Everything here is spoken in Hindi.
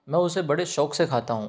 मे उसे बड़े शौक़ से खाता हूँ